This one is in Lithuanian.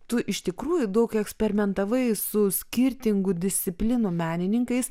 tu iš tikrųjų daug eksperimentavai su skirtingų disciplinų menininkais